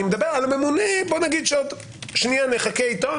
אני מדבר על ממונה עוד שנייה נחכה איתו.